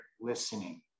listening